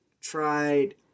tried